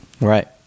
Right